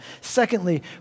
Secondly